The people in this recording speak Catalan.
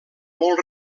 molt